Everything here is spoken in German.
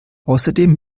außerdem